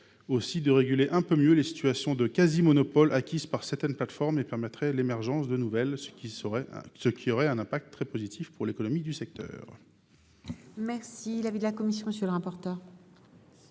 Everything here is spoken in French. aussi de réguler un peu mieux les situations de quasi monopole acquises par certaines plateformes, en facilitant l’émergence de nouvelles structures, ce qui aurait un impact tout à fait positif pour l’économie du secteur.